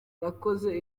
nakoze